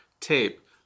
tape